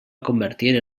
convertir